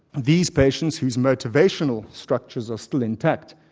these patients, whose motivational structures are still intact,